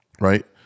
right